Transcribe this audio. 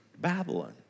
Babylon